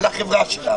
על החברה שלנו.